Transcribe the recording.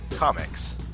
Comics